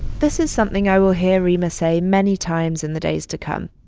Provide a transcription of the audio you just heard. this is something i will hear reema say many times in the days to come.